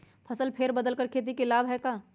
फसल के फेर बदल कर खेती के लाभ है का?